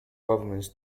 governments